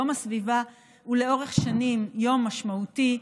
יום הסביבה הוא לאורך שנים יום משמעותי,